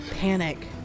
Panic